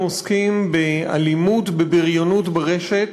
אנחנו עוסקים באלימות ובבריונות ברשת.